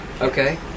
Okay